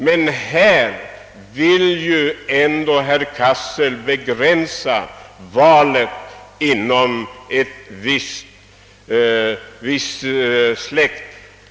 Men här vill ju herr Cassel begränsa valet att avse en viss släkt.